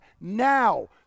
now